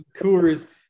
Coors –